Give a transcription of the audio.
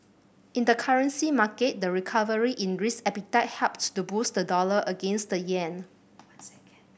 in the currency market the recovery in risk appetite helped to boost the dollar against the yen